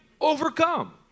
overcome